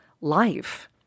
life